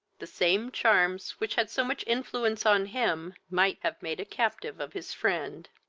the same charms which had so much influence on him might have made a captive of his friend.